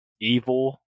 evil